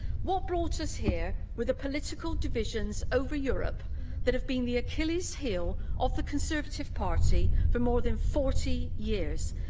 what brought us here were the political divisions over europe that have been the achilles heel of the conservative party for more than forty years.